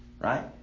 Right